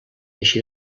així